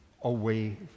away